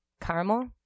Caramel